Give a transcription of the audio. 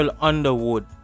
Underwood